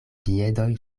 piedoj